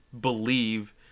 believe